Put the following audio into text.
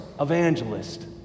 evangelist